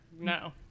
No